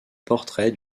portrait